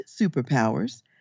superpowers